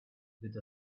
with